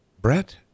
Brett